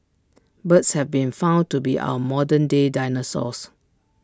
birds have been found to be our modern day dinosaurs